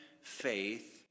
faith